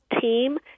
team